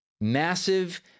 massive